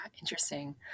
interesting